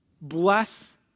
Bless